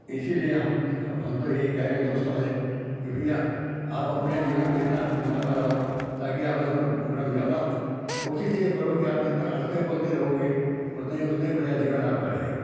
इसीलिए हम हम तो यही कहेंगे दोस्तों से कि भैया आप अपने जीवन को इतना मत बनाओ ताकि आपस में रम जाओ न कोशिश ये करो कि आप जितना हंसते बोलते रहोगे उतना ही उतना ही बढ़िया जीवन आपका रहेगा